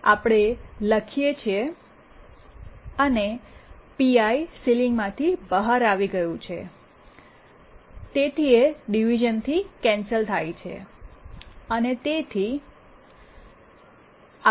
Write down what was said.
આપણે લખીએ અને pi સીલીંગ માંથી બહાર આવી ગયું છે તેથી એ ડિવિશ઼નથી કેન્સલ થાય છે અને તેથી